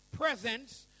presence